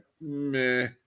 meh